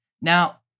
Now